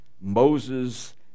Moses